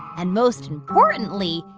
and most importantly,